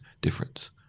difference